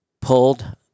pulled